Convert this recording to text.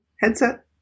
headset